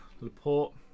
Laporte